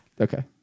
Okay